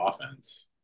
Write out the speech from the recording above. offense